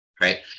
right